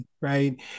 right